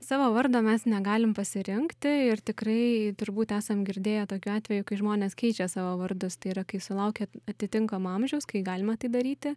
savo vardo mes negalim pasirinkti ir tikrai turbūt esam girdėję tokių atvejų kai žmonės keičia savo vardus tai yra kai sulaukia atitinkamo amžiaus kai galima tai daryti